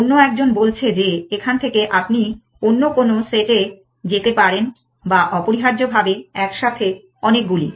অন্য একজন বলছে যে এখান থেকে আপনি অন্য কোনও সেট এ যেতে পারেন বা অপরিহার্যভাবে একসাথে অনেকগুলি